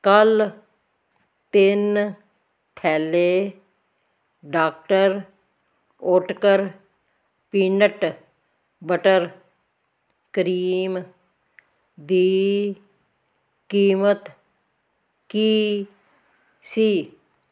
ਕੱਲ੍ਹ ਤਿੰਨ ਥੈਲੈ doctor Oetker peanut butter cream ਦੀ ਕੀਮਤ ਕੀ ਸੀ